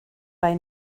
bei